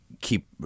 keep